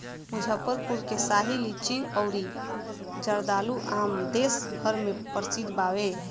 मुजफ्फरपुर के शाही लीची अउरी जर्दालू आम देस भर में प्रसिद्ध बावे